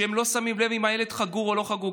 שהם לא שמים לב אם הילד חגור או לא חגור,